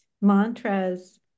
mantras